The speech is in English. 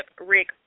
Rick